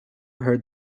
heard